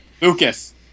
Lucas